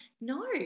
No